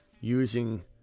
using